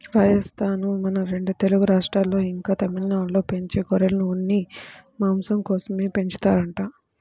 రాజస్థానూ, మన రెండు తెలుగు రాష్ట్రాల్లో, ఇంకా తమిళనాడులో పెంచే గొర్రెలను ఉన్ని, మాంసం కోసమే పెంచుతారంట